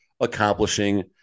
accomplishing